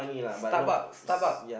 Starbucks Starbucks